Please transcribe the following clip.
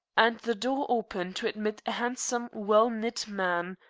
and the door opened to admit a handsome, well-knit man,